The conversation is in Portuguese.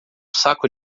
saco